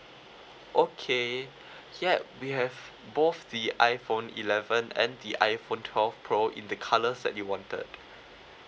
okay yup we have both the iphone eleven and the iphone twelve pro in the colours that you wanted